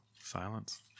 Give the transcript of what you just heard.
Silence